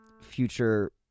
future